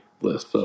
list